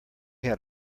had